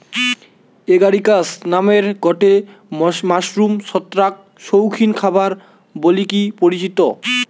Agaricus নামের গটে mushroom ছত্রাক শৌখিন খাবার বলিকি পরিচিত